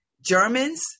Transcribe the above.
Germans